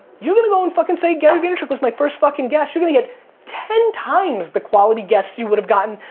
you're going to go and fucking say, gary vaynerchuk was my first fucking guest. you're going to get ten times the quality guests you would have gotten.